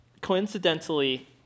coincidentally